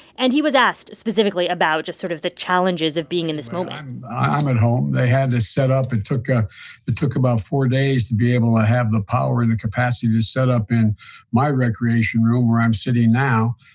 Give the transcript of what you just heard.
and he was asked specifically about just sort of the challenges of being in this moment i'm at home. they had this set up. it took ah took about four days to be able to have the power and the capacity to set up in my recreation room, where i'm sitting now,